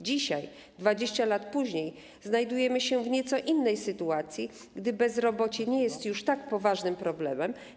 Dzisiaj, 20 lat później, znajdujemy się w nieco innej sytuacji, gdy bezrobocie nie jest już tak poważnym problemem.